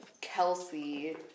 Kelsey